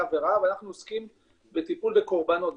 עבירה ואנחנו עוסקים בטיפול בקורבנות,